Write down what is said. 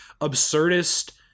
absurdist